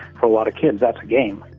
for a lot of kids that's a game.